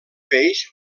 peix